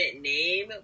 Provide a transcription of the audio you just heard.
name